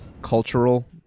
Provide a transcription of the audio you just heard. Cultural